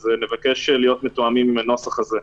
אז נבקש להיות מתואמים עם הנוסח הזה.